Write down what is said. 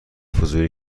فضولی